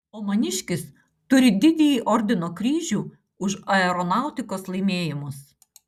o maniškis turi didįjį ordino kryžių už aeronautikos laimėjimus